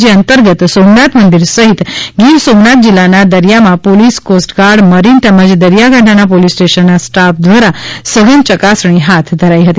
જે અંતર્ગત સોમનાથ મંદિર સહિત ગીરસોમનાથ જિલ્લાના દરિયામાં પોલીસ કોસ્ટગાર્ડ મરીન તેમજ દરિયાકાંઠાના પોલીસ સ્ટેશનના સ્ટાફ દ્વારા સઘન ચકાસણી હાથ ધરાઇ હતી